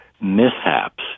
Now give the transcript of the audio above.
mishaps